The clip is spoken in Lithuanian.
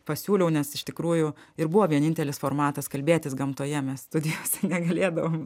pasiūliau nes iš tikrųjų ir buvo vienintelis formatas kalbėtis gamtoje mes studijose negalėdavom